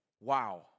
wow